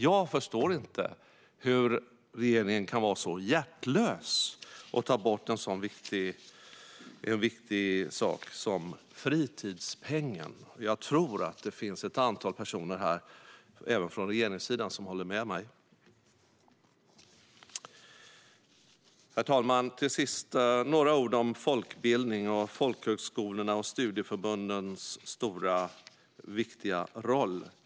Jag förstår inte hur regeringen kan vara så hjärtlös och ta bort en så viktig sak som fritidspengen. Jag tror att det finns ett antal personer på regeringssidan som håller med mig. Herr talman! Till sist vill jag säga några ord om folkbildning och om folkhögskolornas och studieförbundens viktiga roll.